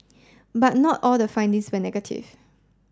but not all the findings were negative